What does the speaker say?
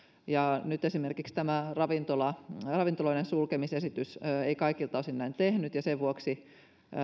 nyt esimerkiksi tämä ravintoloiden sulkemisesitys ei kaikilta osin näin tehnyt ja sen vuoksi